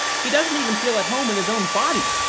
he doesn't even feel at home in his own body!